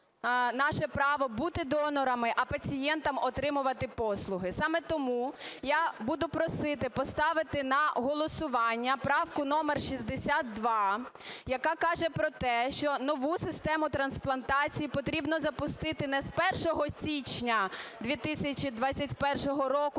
наше право бути донорами, а пацієнтам - отримувати послуги. Саме тому я буду просити поставити на голосування правку номер 62, яка каже про те, що нову систему трансплантації потрібно запустити не з 1 січня 2021 року,